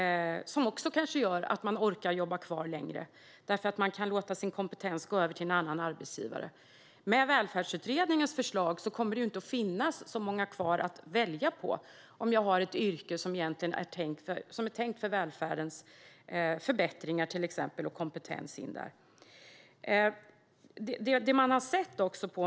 Det gör kanske att man orkar jobba kvar längre om man kan låta sin kompetens gå över till en annan arbetsgivare. Med Välfärdsutredningens förslag kommer det inte att finnas så många kvar att välja bland om jag har ett yrke som är tänkt för välfärdens förbättringar och min kompetens skulle kunna göra nytta där.